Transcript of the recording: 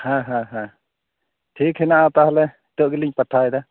ᱦᱮᱸ ᱦᱮᱸ ᱦᱮᱸ ᱴᱷᱤᱠ ᱦᱮᱱᱟᱜᱼᱟ ᱛᱟᱦᱚᱞᱮ ᱱᱤᱛᱚᱜ ᱜᱮᱞᱤᱧ ᱯᱟᱴᱷᱟᱣ ᱮᱫᱟ